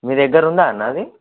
మీ దగ్గర ఉందా అన్నా అది